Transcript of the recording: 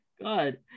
God